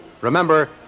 Remember